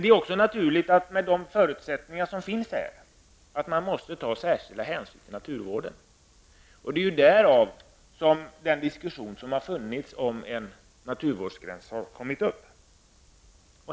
Det är med tanke på de förutsättningar som finns i dessa områden nödvändigt att ta hänsyn till naturvården. Det är därför denna diskussion om en naturvårdsgräns har tagits upp.